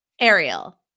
Ariel